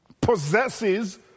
possesses